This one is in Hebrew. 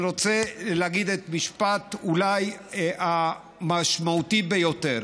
אני רוצה להגיד את המשפט המשמעותי ביותר: